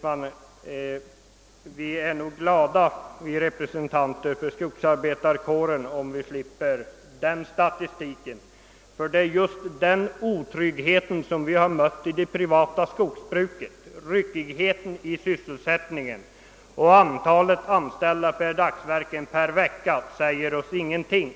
Men, herr Stridsman, vi representanter för skogsarbetarkåren är glada om vi slipper den statistiken. Det är nämligen just den otrygghet vi mött i det privata skogsbruket och ryckigheten i sysselsättningen där som vi reagerar mot. Antalet anställda räknat i dagsverken per vecka säger oss ingenting.